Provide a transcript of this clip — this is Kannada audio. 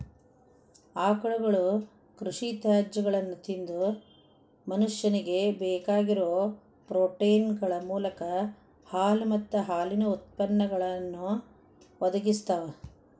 ಆಕಳುಗಳು ಕೃಷಿ ತ್ಯಾಜ್ಯಗಳನ್ನ ತಿಂದು ಮನುಷ್ಯನಿಗೆ ಬೇಕಾಗಿರೋ ಪ್ರೋಟೇನ್ಗಳ ಮೂಲ ಹಾಲು ಮತ್ತ ಹಾಲಿನ ಉತ್ಪನ್ನಗಳನ್ನು ಒದಗಿಸ್ತಾವ